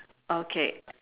okay